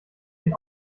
den